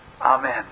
Amen